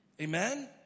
Amen